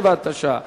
67), התש"ע 2009,